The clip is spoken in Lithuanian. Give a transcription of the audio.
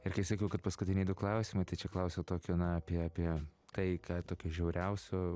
ir kai sakiau kad paskutiniai du klausimai tai čia klausiau tokio na apie apie tai ką tokio žiauriausio